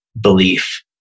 belief